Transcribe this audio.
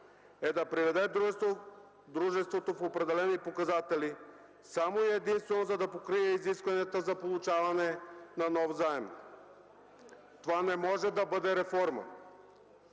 е да приведе дружеството в определени показатели само и единствено, за да покрие изискванията за получаването на нов заем. Това не може да бъде реформа!